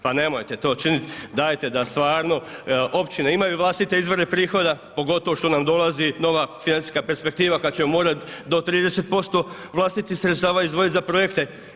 Pa nemojte to činiti, dajte da stvarno, općine imaju vlastite izvore prihoda pogotovo što nam dolazi financijska perspektiva kad ćemo morati do 30% vlastitih sredstava izdvojiti za projekte.